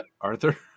Arthur